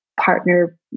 partner